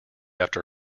after